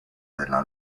della